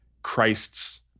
Christ's